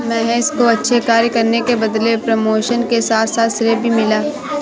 महेश को अच्छे कार्य करने के बदले प्रमोशन के साथ साथ श्रेय भी मिला